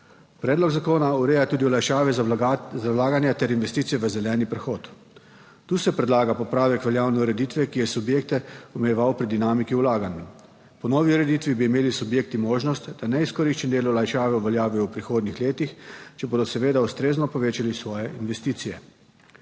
Predlog zakona ureja tudi olajšave za vlaganja ter investicije v zeleni prehod. Tu se predlaga popravek veljavne ureditve, ki je subjekte omejeval pri dinamiki vlaganj. Po novi ureditvi bi imeli subjekti možnost, da neizkoriščen del olajšave uveljavijo v prihodnjih letih, če bodo seveda ustrezno povečali svoje investicije.